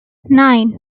nine